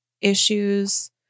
issues